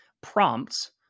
prompts